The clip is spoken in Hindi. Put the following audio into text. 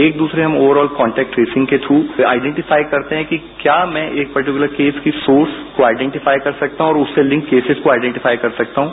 एक दूसरे हम ओवरऑल कॉन्टेक्ट ट्रेसिंग के थ्रू आइडेंटीफाई करते हैं कि क्या मैं एक पर्टीक्यूलर केस के सोर्स को आइडेंटीफाइ कर सकता हूं और उससे लिंक केसिस को आइडेंटीफाइ कर सकता हूं